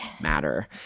matter